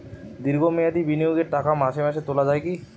দীর্ঘ মেয়াদি বিনিয়োগের টাকা মাসে মাসে তোলা যায় কি?